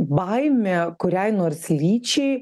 baimė kuriai nors lyčiai